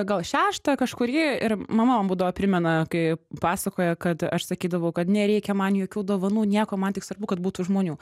gal šeštą kažkurį ir mama man būdavo primena kai pasakoja kad aš sakydavau kad nereikia man jokių dovanų nieko man tik svarbu kad būtų žmonių